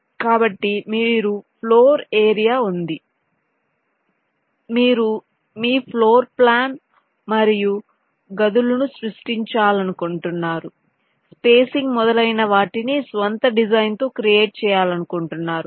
కాబట్టి మీకు floor area ఉంది మీరు మీ ఫ్లోర్ప్లాన్ మరియు గదులు ను సృష్టించాలనుకుంటున్నారు స్పేసింగ్ మొదలైనవాటిని స్వంత డిజైన్తో క్రియేట్ చేయాలనుకుంటున్నారు